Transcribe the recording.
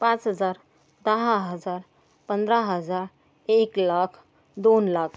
पाच हजार दहा हजार पंधरा हजा एक लाख दोन लात